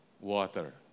water